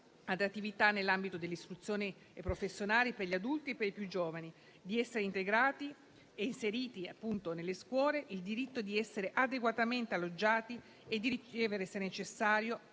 ad attività nell'ambito dell'istruzione professionale per gli adulti e per i più giovani; il diritto di essere integrati e inseriti nelle scuole; il diritto di essere adeguatamente alloggiati e di ricevere, se necessario,